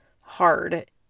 hard